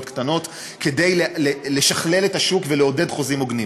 קטנות כדי לשכלל את השוק ולעודד חוזים הוגנים.